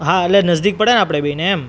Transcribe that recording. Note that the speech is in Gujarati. હા એટલે નજીક પડે ને આપણે બેને એમ